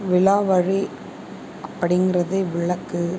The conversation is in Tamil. விலாவரி அப்படிங்கிறதை விளக்கு